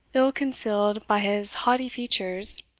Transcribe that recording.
ill concealed by his haughty features,